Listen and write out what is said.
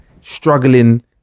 struggling